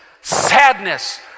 sadness